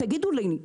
תגידו לי,